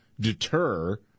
deter